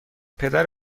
پدر